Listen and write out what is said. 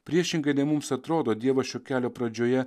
priešingai nei mums atrodo dievas šio kelio pradžioje